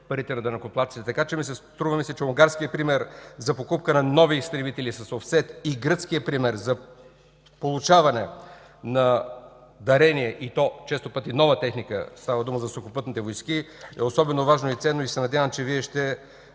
парите на данъкоплатците. Струва ми се, че унгарският пример за покупка на нови изтребители с офсет и гръцкият пример за получаване на дарение, и то често пъти нова техника – става дума за Сухопътните войски, са особено важни и ценни. Надявам се, че Вие ще